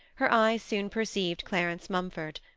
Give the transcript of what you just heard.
her eye soon perceived clarence mumford.